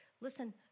listen